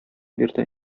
бирде